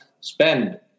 spend